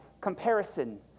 comparison